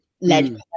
led